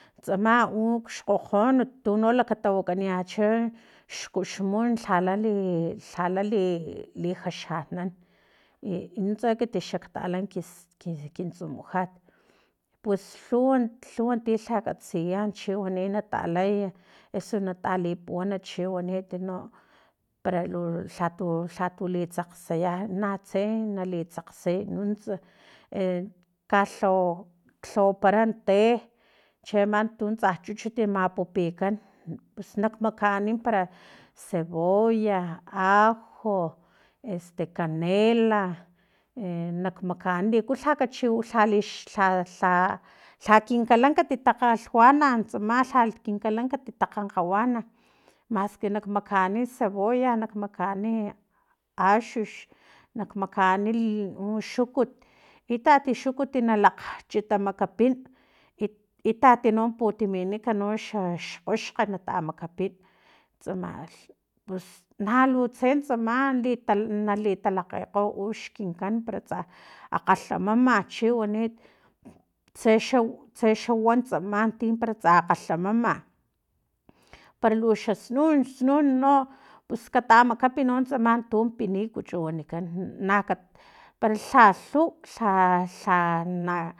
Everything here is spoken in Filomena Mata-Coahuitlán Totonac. Tsama ukx kgojonut tuno tawakaniyacha xkuxmun lhala li lhala li li jaxanan i nuntsa ekit xak tala kis kin stumujat pus lhuw lhuw tilha katsiya chiwani natalay eso na talipuwan chi waniti no para lha tu lhatu li tsakgtsaya na tse nali tsakgsay nuntsa e kalhawa lhawapara te cheama tu tsa chuchut na mapupukan pus nak makani para cebolla, ajo este canela e nakmakaan liku lha kachi lha lha lha kinkalan kati takgalhwana tsama lhalh kinkalan takgankgawana maski nak makani cebolla nak makani axux nak makani u xukut itati xukut nalak chitamakapin itati no putiminik noxa xa kgoxkga nata makapin tsama pus na lu tse tsama lita natalilakgekgo ux kunkan pera tsa akgalhamama chi wanit tse xa u tsexa wan tsama tin para tsa akgalhamama para lu xasnun snun no pus katamakapi no tsama tun pinikuchu wanikan naka para lha lhuw lha lha na